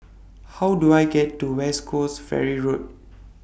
How Do I get to West Coast Ferry Road